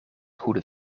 goede